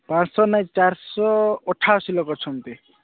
ପାଞ୍ଚଶହ ନାହିଁ ଚାରି ଶହ ଅଠାଅଶୀ ଲୋକ ଅଛନ୍ତି